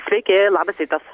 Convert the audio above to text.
sveiki labas rytas